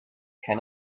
can